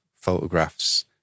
photographs